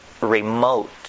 remote